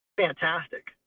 fantastic